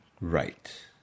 Right